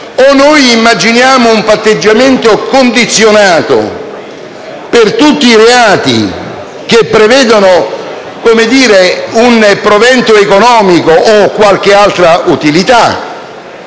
se noi immaginiamo un patteggiamento condizionato per tutti i reati che prevedono un provento economico o qualche altra utilità,